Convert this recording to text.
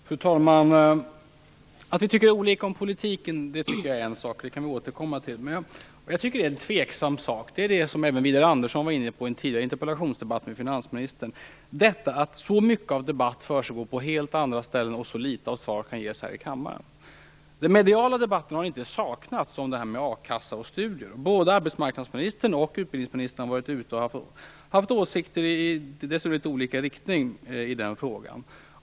Fru talman! Att vi tycker olika om politiken är en sak. Det kan vi återkomma till. Men det som jag tycker är tveksamt, och som även Widar Andersson var inne på i en tidigare interpellationsdebatt med finansministern, är att en så omfattande debatt försiggår på helt andra ställen och så få svar kan ges här i kammaren. Den mediala debatten om a-kassa och studier har inte saknats. Både arbetsmarknadsministern och utbildningsministern har varit ute och haft åsikter, delvis i olika riktning, i frågan.